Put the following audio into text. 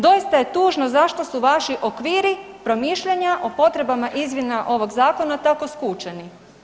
Doista je tužno zašto su vaši okviri promišljanja o potrebama izmjena ovog zakona tako skučeni.